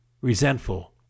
resentful